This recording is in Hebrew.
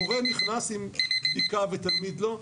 מורה נכנס עם בדיקה ותלמיד לא?